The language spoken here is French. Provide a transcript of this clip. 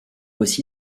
aussi